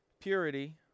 purity